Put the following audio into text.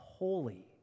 holy